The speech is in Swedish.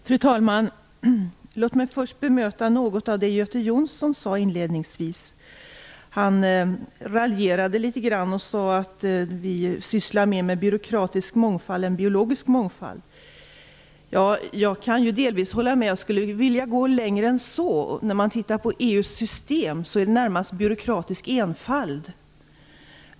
Fru talman! Låt mig först bemöta något av det som Göte Jonsson sade inledningsvis. Han raljerade litet grand och sade att vi mer sysslar med byråkratisk mångfald än med biologisk mångfald. Jag kan delvis hålla med. Jag skulle vilja gå längre än så. För EU:s system gäller närmast byråkratisk enfald.